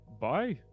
Bye